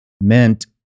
meant